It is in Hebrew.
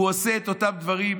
הוא עושה את אותם דברים,